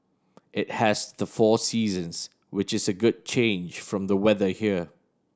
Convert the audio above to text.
it has the four seasons which is a good change from the weather here